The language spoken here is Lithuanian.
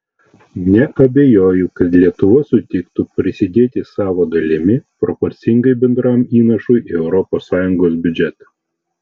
neabejoju kad lietuva sutiktų prisidėti savo dalimi proporcingai bendram įnašui į europos sąjungos biudžetą